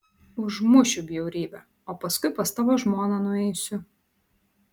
užmušiu bjaurybę o paskui pas tavo žmoną nueisiu